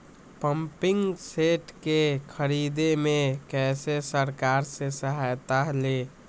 Pumping set के ख़रीदे मे कैसे सरकार से सहायता ले?